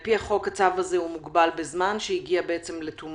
על פי החוק הצו הזה מוגבל בזמן, שהגיע לתומו.